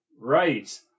right